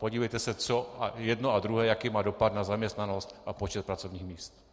Podívejte se na jedno a druhé, jaký to má dopad na zaměstnanost a počet pracovních míst.